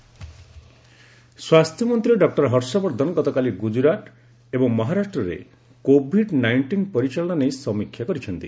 health minister ସ୍ୱାସ୍ଥ୍ୟମନ୍ତ୍ରୀ doctor Harshvardhan ଗତକାଲି ଗୁଜରାଟ ଏବଂ ମହାରାଷ୍ଟ୍ରରେ କୋଭିଡ୍ ନାଇଷ୍ଟିନ୍ ପରିଚାଳନା ନେଇ ସମୀକ୍ଷା କରିଛନ୍ତି